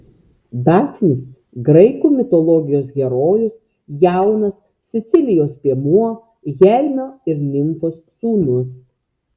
dafnis graikų mitologijos herojus jaunas sicilijos piemuo hermio ir nimfos sūnus